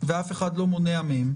ואף אחד לא מונע מהם,